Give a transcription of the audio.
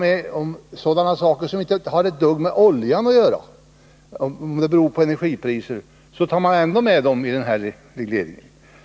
Även sådana saker som inte har ett dugg med oljan att göra tar man med, om de påverkar energipriserna.